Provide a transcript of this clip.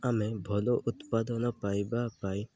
ଆମେ ଭଲ ଉତ୍ପାଦନ ପାଇବା ପାଇଁ